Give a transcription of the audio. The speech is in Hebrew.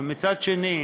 אבל מצד שני,